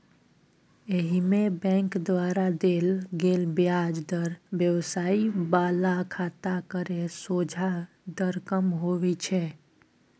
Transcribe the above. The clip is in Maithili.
एहिमे बैंक द्वारा देल गेल ब्याज दर व्यवसाय बला खाता केर सोंझा दर कम होइ छै